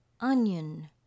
onion